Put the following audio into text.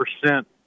percent